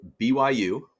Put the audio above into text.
BYU